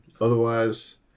Otherwise